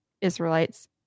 Israelites